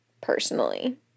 personally